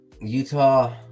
Utah